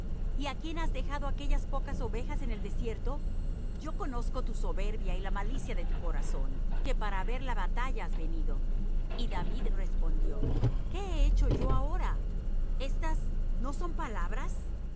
y á quién has dejado aquellas pocas ovejas en el desierto yo conozco tu soberbia y la malicia de tu corazón que para ver la batalla has venido y david respondió qué he hecho yo ahora estas no son palabras